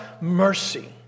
mercy